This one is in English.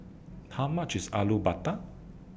How much IS Alu Matar